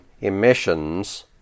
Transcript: emissions